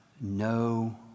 no